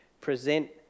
present